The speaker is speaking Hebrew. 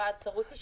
יועד סרוסי.